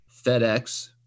FedEx